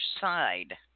side